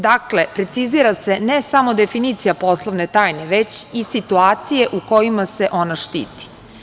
Dakle, precizira se ne samo definicija poslovne tajne, već i situacije u kojima se ona štiti.